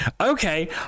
Okay